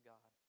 God